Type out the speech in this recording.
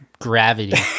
Gravity